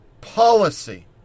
policy